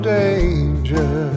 danger